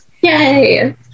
Yay